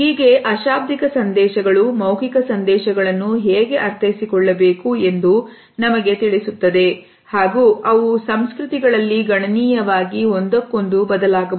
ಹೀಗೆ ಅಶಾಬ್ದಿಕ ಸಂದೇಶಗಳು ಮೌಖಿಕ ಸಂದೇಶಗಳನ್ನು ಹೇಗೆ ಅರ್ಥೈಸಿಕೊಳ್ಳಬೇಕು ಎಂದು ನಮಗೆ ತಿಳಿಸುತ್ತದೆ ಹಾಗೂ ಅವು ಸಂಸ್ಕೃತಿಗಳಲ್ಲಿ ಗಣನೀಯವಾಗಿ ಒಂದಕ್ಕೊಂದು ಬದಲಾಗಬಹುದು